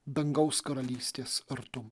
dangaus karalystės artum